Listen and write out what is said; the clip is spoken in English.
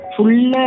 Full